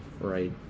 right